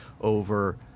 over